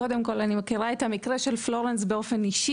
קודם כל אני מכירה את המכירה של פלורנס באופן אישי,